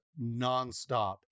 nonstop